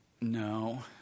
No